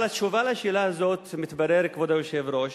אבל התשובה על השאלה הזאת, מתברר, כבוד היושב-ראש,